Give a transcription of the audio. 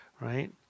right